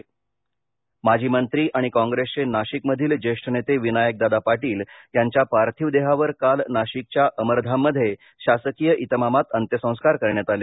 अंत्यसंस्कार नाशिक माजी मंत्री आणि काँग्रेसचे नाशिक मधील ज्येष्ठ नेते विनायकदादा पाटील यांच्या पार्थिवदेहावर काल नाशिकच्या अमरधाममध्ये शासकीय इतमामात अंत्यसंस्कार करण्यात आले